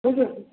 से जे